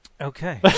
Okay